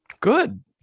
good